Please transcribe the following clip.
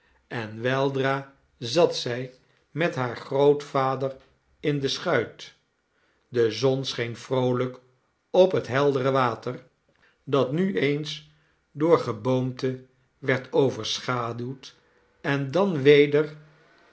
en weldra zat zij met haar grootvader in de schuit de zon scheen vroolijk op het heldere water dat nu eens door geboomte werd overschaduwd en dan weder